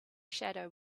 shadow